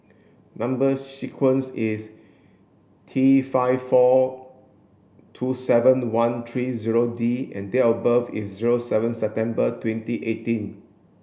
number sequence is T five four two seven one three zero D and date of birth is zero seven September twenty eighteen